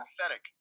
pathetic